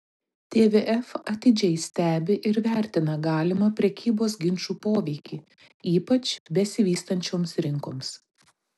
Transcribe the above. tvf atidžiai stebi ir vertina galimą prekybos ginčų poveikį ypač besivystančioms rinkoms